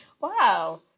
wow